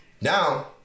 Now